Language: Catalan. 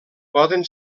poden